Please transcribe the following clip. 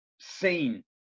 seen